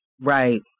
Right